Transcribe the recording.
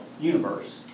universe